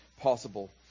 possible